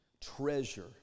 treasure